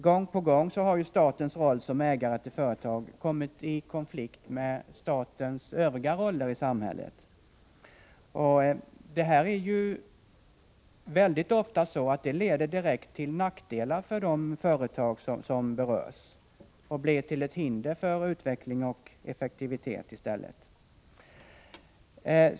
Gång på gång har statens roll som ägare till företag kommit i konflikt med statens övriga roller i samhället. Väldigt ofta leder det direkt till nackdelar för de företag som berörs och blir till ett hinder för utveckling och effektivitet i stället.